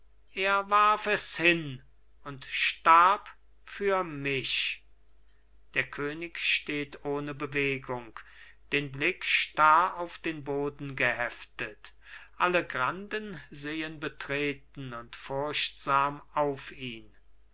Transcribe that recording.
er warf es hin und starb für mich der könig steht ohne bewegung den blick starr auf den boden geheftet alle granden sehen betreten und furchtsam auf ihn